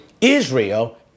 Israel